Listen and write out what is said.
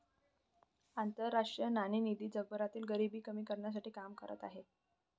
आंतरराष्ट्रीय नाणेनिधी जगभरातील गरिबी कमी करण्यासाठी काम करत आहे